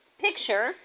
picture